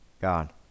God